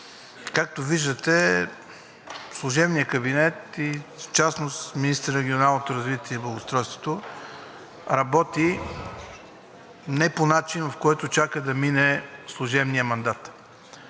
както виждате, служебният кабинет и в частност министърът на регионалното развитие и благоустройството не работи по начин, по който чака да мине служебният мандат.